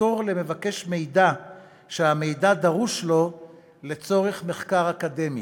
ופטור למבקש מידע שהמידע דרוש לו לצורך מחקר אקדמי.